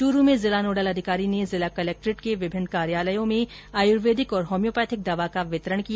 चूरू में जिला नोडल अधिकारी ने जिला कलक्ट्रेट के विभिन्न कार्यालयों में आयुर्वेदिक और होम्योपैथिक दवा का वितरण किया